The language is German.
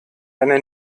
einer